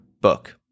book